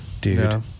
dude